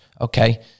okay